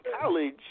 college